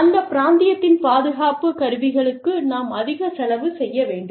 அந்த பிராந்தியத்தின் பாதுகாப்பு கருவிகளுக்கு நாம் அதிக செலவு செய்ய வேண்டும்